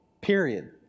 period